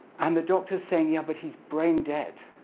and the doctor's saying, yeah, but he's brain dead.